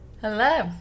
Hello